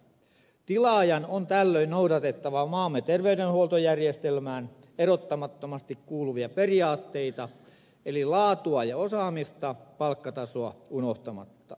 tilaajan on tällöin noudatettava maamme terveydenhuoltojärjestelmään erottamattomasti kuuluvia periaatteita eli laatua ja osaamista palkkaustasoa unohtamatta